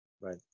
right